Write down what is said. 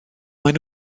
maen